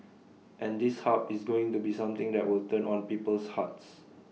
and this hub is going to be something that will turn on people's hearts